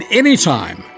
anytime